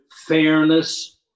fairness